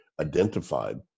identified